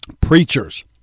preachers